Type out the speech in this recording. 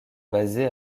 basé